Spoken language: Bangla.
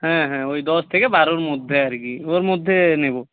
হ্যাঁ হ্যাঁ ওই দশ থেকে বারোর মধ্যে আর কি ওর মধ্যে নেবো